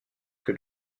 que